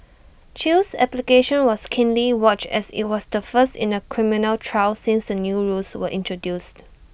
chew's application was keenly watched as IT was the first in A criminal trial since the new rules were introduced